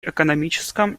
экономическом